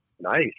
Nice